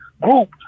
group